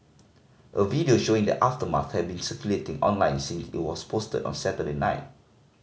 a video showing the aftermath has been circulating online since it was posted on Saturday night